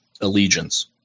Allegiance